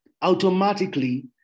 automatically